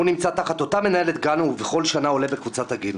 הוא נמצא תחת אותה מנהלת גן ובכל שנה עולה בקבוצת הגיל.